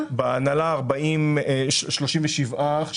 בהנהלה או 37 או 43